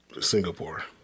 Singapore